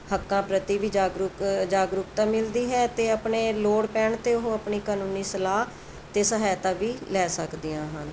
ਹੱਕਾਂ ਪ੍ਰਤੀ ਵੀ ਜਾਗਰੂਕ ਜਾਗਰੂਕਤਾ ਮਿਲਦੀ ਹੈ ਤੇ ਆਪਣੇ ਲੋੜ ਪੈਣ ਤੇ ਉਹ ਆਪਣੀ ਕਾਨੂੰਨੀ ਸਲਾਹ ਤੇ ਸਹਾਇਤਾ ਵੀ ਲੈ ਸਕਦੀਆਂ ਹਨ